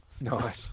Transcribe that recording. Nice